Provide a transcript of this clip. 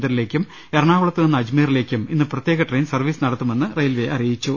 ന്തറിലേക്കും എറണാകുളത്തുനിന്ന് അജ്മീറിലേക്കും ഇന്ന് പ്രത്യേക ട്രെയിൻ സർവീസ് നടത്തുമെന്ന് റെയിൽവെ അറിയിച്ചു